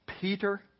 Peter